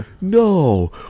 no